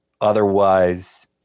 otherwise